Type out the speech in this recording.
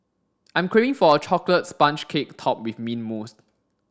I'm craving for a chocolate sponge cake topped with mint mousse